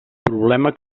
problema